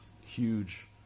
huge